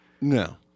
No